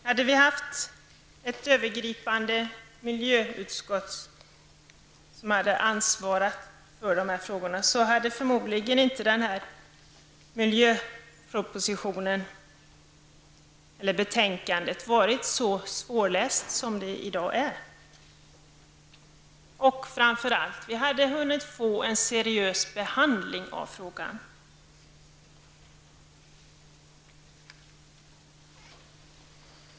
Om vi hade haft ett övergripande miljöutskott som hade haft ansvaret för dessa frågor hade den här miljöpropositionen och detta betänkande inte varit så svårlästa som de är. Men framför allt hade vi hunnit få en seriös behandling av frågan.